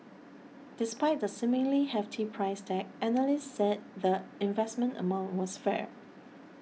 despite the seemingly hefty price tag analysts said the investment amount was fair